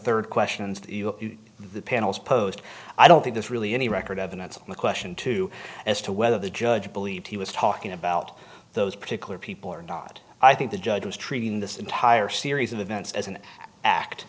third question and the panel's post i don't think this really any record of an answer the question two as to whether the judge believed he was talking about those particular people or not i think the judge was treating this entire series of events as an act